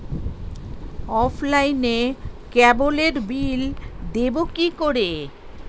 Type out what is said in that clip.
অফলাইনে ক্যাবলের বিল দেবো কি করে?